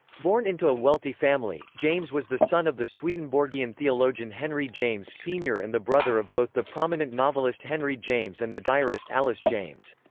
born into a wealthy family, james was the son of the swedenborgian theologian henry james sr. and the brother of both the prominent novelist henry james and the diarist alice james.